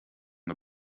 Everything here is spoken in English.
the